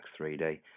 3D